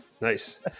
Nice